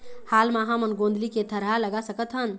हाल मा हमन गोंदली के थरहा लगा सकतहन?